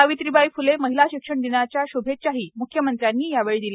सावित्रीबाई फुले महिला शिक्षण दिनाच्या श्भेच्छाही म्ख्यमंत्र्यांनी यावेळी दिल्या